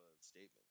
statement